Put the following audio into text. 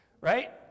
right